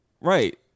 right